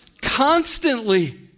Constantly